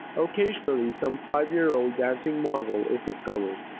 occasionally some five-year-old dancing marvel is discovered.